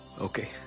Okay